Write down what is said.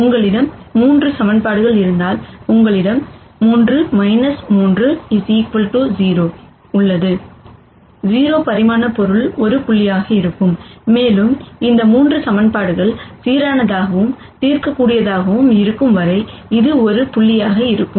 உங்களிடம் 3 ஈக்குவேஷன்கள் இருந்தால் உங்களிடம் 3 3 0 உள்ளது 0 பரிமாண பொருள் ஒரு புள்ளியாக இருக்கும் மேலும் இந்த 3 ஈக்குவேஷன்கள் சீரானதாகவும் தீர்க்கக்கூடியதாகவும் இருக்கும் வரை இது ஒரு புள்ளியாக இருக்கும்